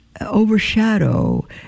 overshadow